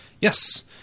Yes